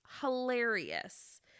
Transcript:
Hilarious